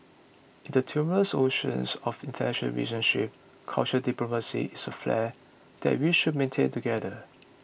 in the tumultuous oceans of international relationship cultural diplomacy is a flare that we should maintain together